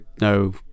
no